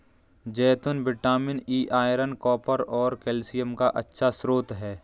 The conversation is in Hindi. जैतून विटामिन ई, आयरन, कॉपर और कैल्शियम का अच्छा स्रोत हैं